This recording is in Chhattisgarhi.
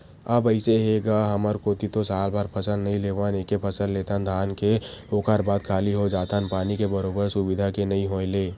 अब अइसे हे गा हमर कोती तो सालभर फसल नइ लेवन एके फसल लेथन धान के ओखर बाद खाली हो जाथन पानी के बरोबर सुबिधा के नइ होय ले